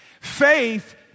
Faith